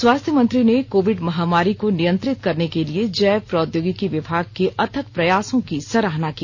स्वास्थ्य मंत्री ने कोविड महामारी को नियंत्रित करने के लिए जैव प्रौद्योगिकी विभागके अथक प्रयासों की सराहना की